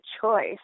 choice